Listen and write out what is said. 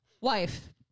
Wife